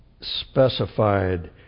specified